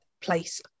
place